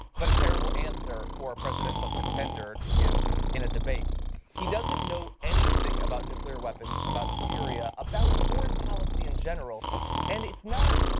but a terrible answer for a presidential contender to give in a debate he doesn't know anything about nuclear weapons, about syria, about foreign policy in general and its not,